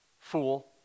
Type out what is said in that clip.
Fool